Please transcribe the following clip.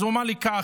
אז הוא אמר לי כך,